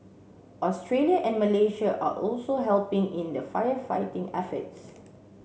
Australia and Malaysia are also helping in the firefighting efforts